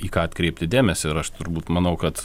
į ką atkreipti dėmesį ir aš turbūt manau kad